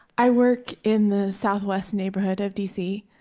i work in the southwest neighborhood of d c.